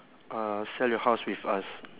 uh sell your house with us